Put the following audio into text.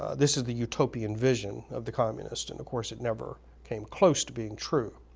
this is the utopian vision of the communists, and of course, it never came close to being true.